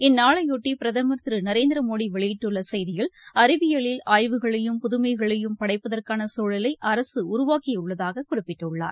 இந்நாளையொட்டி பிரதமர் திரு நரேந்திரமோடி வெளியிட்டுள்ள செய்தியில் அறிவியலில் ஆய்வுகளையும் புதுமைகளையும் படைப்பதற்கான சூழலை அரசு உருவாக்கியுள்ளதாகக் குறிப்பிட்டுள்ளார்